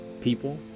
People